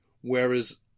whereas